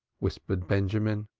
whispered benjamin.